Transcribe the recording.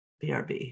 brb